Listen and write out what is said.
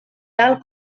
tal